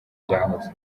byahoze